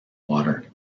water